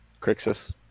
Crixus